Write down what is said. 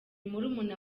murumuna